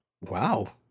Wow